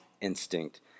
instinct